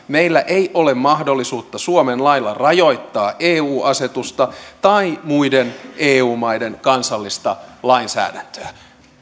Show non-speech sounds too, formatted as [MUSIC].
[UNINTELLIGIBLE] meillä ei ole mahdollisuutta suomen lailla rajoittaa eu asetusta tai muiden eu maiden kansallista lainsäädäntöä